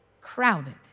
crowded